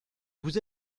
vous